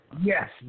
Yes